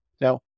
Now